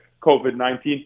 COVID-19